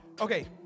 Okay